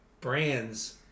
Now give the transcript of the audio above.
brands